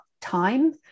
time